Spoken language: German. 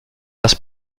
das